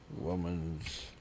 Woman's